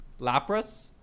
Lapras